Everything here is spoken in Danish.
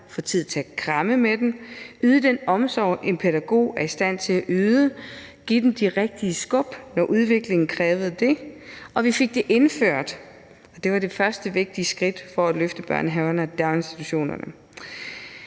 få tid til at kramme med dem, yde den omsorg, som en pædagog er i stand til at yde, og give dem de rigtige skub, når udviklingen krævede det. Og vi fik det indført, og det var det første vigtige skridt for at løfte børnehaverne og daginstitutionerne.